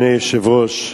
אדוני היושב-ראש,